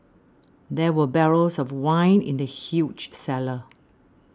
there were barrels of wine in the huge cellar